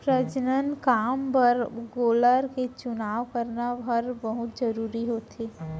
प्रजनन काम बर गोलर के चुनाव करना हर बहुत जरूरी होथे